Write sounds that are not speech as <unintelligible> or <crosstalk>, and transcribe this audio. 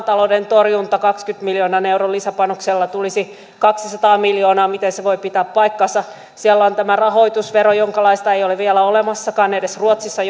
<unintelligible> talouden torjunta kahdenkymmenen miljoonan euron lisäpanoksella tulisi kaksisataa miljoonaa kysyisin miten se voi pitää paikkansa siellä on tämä rahoitusvero jonkalaista ei ole vielä olemassakaan edes ruotsissa <unintelligible>